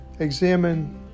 Examine